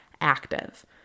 active